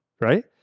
Right